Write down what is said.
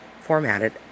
formatted